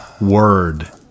word